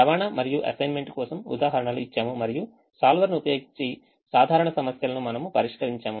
రవాణా మరియు అసైన్మెంట్ కోసం ఉదాహరణలు ఇచ్చాము మరియు solver ని ఉపయోగించి సాధారణ సమస్యలను మనము పరిష్కరించాము